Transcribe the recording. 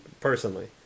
personally